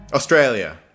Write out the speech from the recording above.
Australia